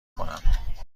کنم